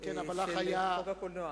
של חוק הקולנוע.